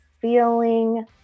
feeling